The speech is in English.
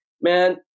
Man